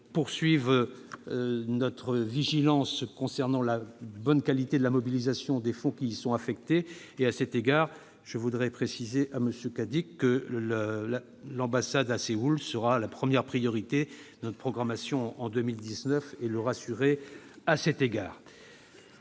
poursuivre notre vigilance sur la bonne qualité de la mobilisation des fonds qui y sont affectés. À cet égard, je voudrais rassurer M. Cadic : notre ambassade à Séoul sera la première priorité de notre programmation en 2019. Je sais qu'il y a